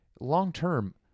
long-term